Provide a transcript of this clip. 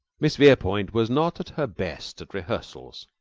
miss verepoint was not at her best at rehearsals.